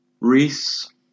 Reese